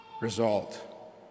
result